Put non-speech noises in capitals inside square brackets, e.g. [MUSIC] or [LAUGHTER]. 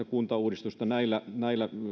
[UNINTELLIGIBLE] kuntauudistusta näillä näillä